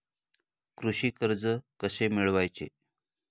कृषी कर्ज कसे मिळवायचे?